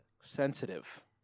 sensitive